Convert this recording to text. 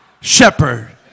shepherd